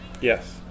Yes